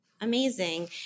Amazing